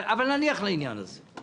אבל נניח לעניין הזה.